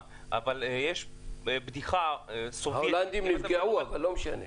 ההולנדים נפגעו, אבל לא משנה.